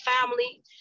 family